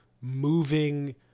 moving